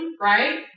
right